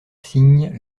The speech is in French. signes